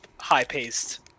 high-paced